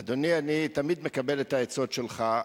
אדוני, אני תמיד מקבל את העצות שלך.